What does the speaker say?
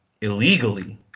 illegally